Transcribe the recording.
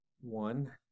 one